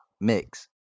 mix